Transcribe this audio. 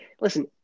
listen